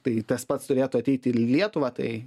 tai tas pats turėtų ateiti ir į lietuvą tai